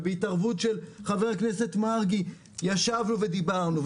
ובהתערבות של חבר הכנסת מרגי ישבנו ודיברנו.